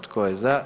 Tko je za?